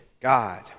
God